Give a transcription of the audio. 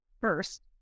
first